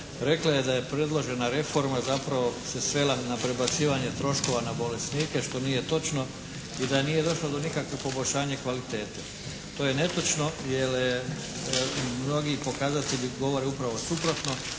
Rekla je da je predložena reforma zapravo se svela na prebacivanje troškova na bolesnike što nije točno i da nije došlo do nikakvih poboljšanja kvalitete. To je netočno jer mnogi pokazatelji govore upravo suprotno.